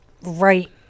right